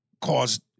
caused